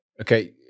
Okay